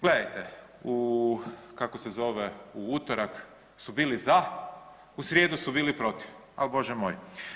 Gledajte, u kako se zove u utorak su bili za, u srijedu su bili protiv, al Bože moj.